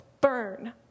burn